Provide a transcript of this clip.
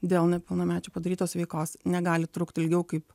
dėl nepilnamečių padarytos veikos negali trukti ilgiau kaip